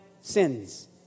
sins